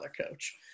coach